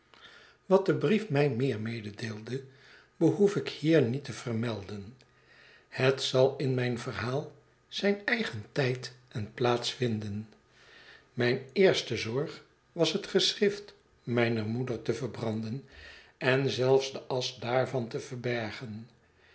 wat de brief mij meer mededeelde behoef ik hier niet te vermelden het zal in mijn verhaal zijn eigen tijd en plaats vinden mijne eerste zorg was het geschrift mijner moeder te verbranden en zelfs de asch daarvan te verbergen